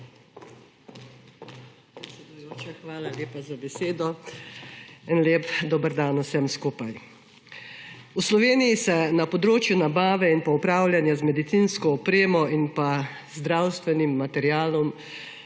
hvala lepa za besedo. En lep dober dan vsem skupaj! V Sloveniji se na področju nabave in upravljanja z medicinsko opremo in zdravstvenim materialom